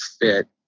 fit